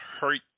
hurt